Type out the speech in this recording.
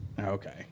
Okay